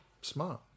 Smart